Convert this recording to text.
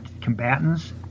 combatants